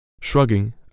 Shrugging